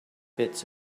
bits